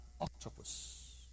octopus